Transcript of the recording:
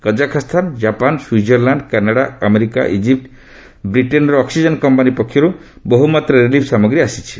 Kazakhstan Japan Switzerland Canada America Egypt ବ୍ରିଟେନ୍ର oxygen company ପକ୍ଷରୁ ବହ୍ରମାତ୍ରାରେ ରିଲିଫ୍ ସାମଗ୍ରୀ ଆସିଛି